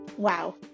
Wow